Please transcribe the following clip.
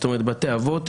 זאת אומרת בתי אבות,